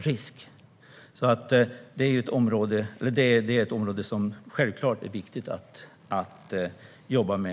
Detta är alltså ett område som fortsättningsvis också är viktigt att jobba med.